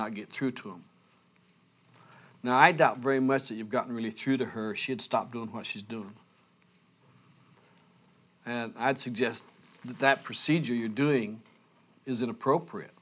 not get through to them now i doubt very much that you've gotten really through to her she'd stop doing what she's doing and i'd suggest that procedure you're doing is inappropriate